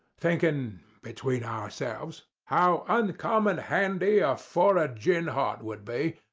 thinkin' between ourselves how uncommon handy a four of gin hot would be,